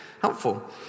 Helpful